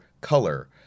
color